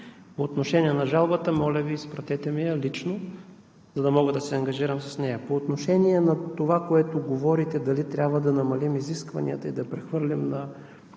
По отношение на жалбата. Моля Ви, изпратете ми я лично, за да мога да се ангажирам с нея. По отношение на това, което говорите, дали трябва да намалим изискванията и да прехвърлим на